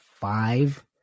five